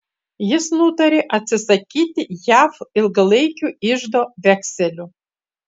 jis nutarė atsisakyti jav ilgalaikių iždo vekselių